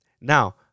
Now